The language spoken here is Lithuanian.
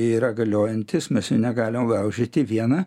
yra galiojantys mes jų negalim laužyti viena